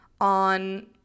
on